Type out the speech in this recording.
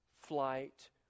flight